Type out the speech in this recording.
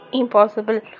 impossible